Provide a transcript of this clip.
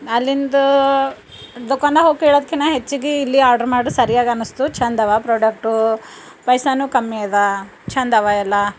ಅಲ್ಲಿಂದ ದುಕಾನ್ದಾಗೆ ಹೋಗಿ ಕೇಳೋದ್ಕಿನ ಹೆಚ್ಚಿಗೆ ಇಲ್ಲಿ ಆರ್ಡ್ರು ಮಾಡಿ ಸರಿಯಾಗಿ ಅನಿಸ್ತು ಛಂದವ ಪ್ರಾಡಕ್ಟು ಪೈಸಾ ಕಮ್ಮಿ ಅದ ಛಂದವ ಎಲ್ಲ